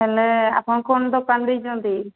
ହେଲେ ଆପଣ କ'ଣ ଦୋକାନ ଦେଇଛନ୍ତି